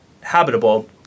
habitable